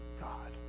God